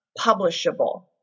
publishable